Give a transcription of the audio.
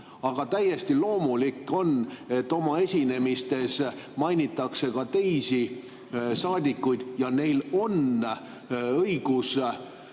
Aga täiesti loomulik on, et oma esinemistes mainitakse ka teisi saadikuid ja neil on õigus